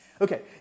Okay